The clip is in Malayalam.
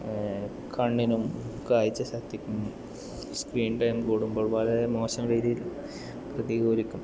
കണ്ണിനും കാഴ്ച ശക്തിക്കും സ്ക്രീൻ ടൈം കൂടുമ്പോൾ വളരെ മോശം രീതിയിൽ പ്രതികൂലിക്കും